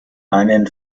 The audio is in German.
einen